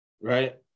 right